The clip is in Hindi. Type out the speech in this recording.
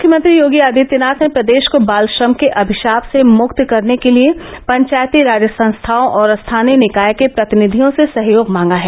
मुख्यमंत्री योगी आदित्यनाथ ने प्रदेश को बाल श्रम के अभिशाप से मुक्त कराने के लिये पंचायती राज संस्थाओं और स्थानीय निकाय के प्रतिनिधियों से सहयोग मांगा है